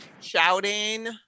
shouting